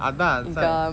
அதான்:athaan that's why